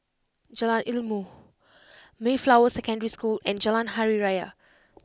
Jalan Ilmu Mayflower Secondary School and Jalan Hari Raya